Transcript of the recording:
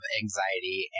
anxiety